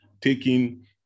taking